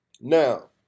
Now